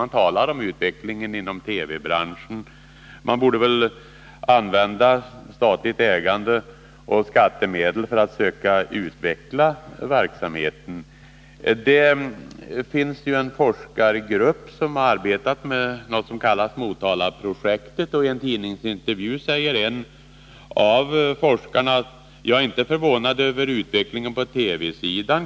Man talar om utvecklingen inom TV-branschen. Man borde väl använda statligt ägande och skattemedel för att söka utveckla verksamheten. Det finns en forskargrupp som har arbetat med något som kallas Motalaprojektet. I en tidningsintervju säger en av forskarna: ”Jag är inte förvånad över utvecklingen på TV-sidan.